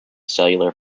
cellular